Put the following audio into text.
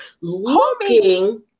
looking